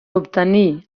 obtenir